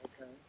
okay